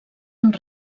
amb